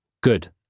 Good